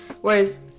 Whereas